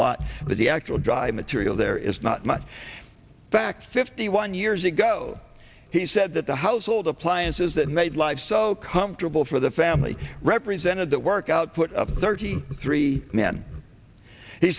lot but the actual dry material there is not much fact fifty one years ago he said that the household appliances that made life so comfortable for the family represented the work output of thirty three men he